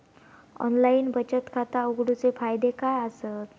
Online बचत खाता उघडूचे फायदे काय आसत?